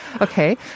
Okay